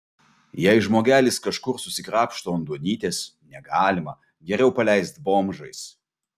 jei žmogelis kažkur susikrapšto ant duonytės negalima geriau paleist bomžais